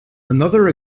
another